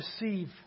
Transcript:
receive